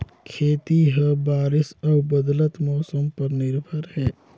खेती ह बारिश अऊ बदलत मौसम पर निर्भर हे